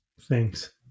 Thanks